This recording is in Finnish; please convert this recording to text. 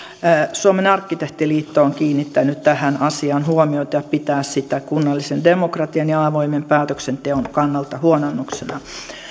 suomen arkkitehtiliitto on kiinnittänyt tähän asiaan huomiota ja pitää sitä kunnallisen demokratian ja avoimen päätöksenteon kannalta huononnuksena